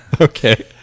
Okay